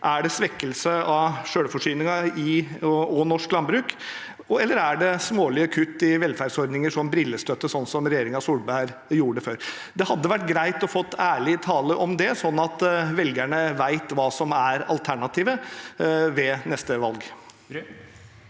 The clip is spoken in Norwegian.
Er det svekkelse av selvforsyningen og norsk landbruk? Eller er det smålige kutt i velferdsordninger som brillestøtte, sånn som regjeringen Solberg gjorde? Det hadde vært greit å få ærlig tale om det, sånn at velgerne vet hva som er alternativet ved neste valg.